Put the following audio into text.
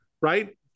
right